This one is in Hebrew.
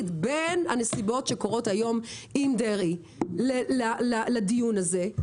בין הנסיבות שקורות היום עם דרעי לדיון הזה,